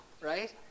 right